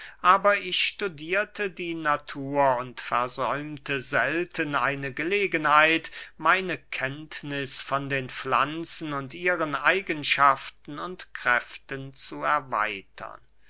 aber ich studierte die natur und versäumte selten eine gelegenheit meine kenntniß von den pflanzen und ihren eigenschaften und kräften zu erweitern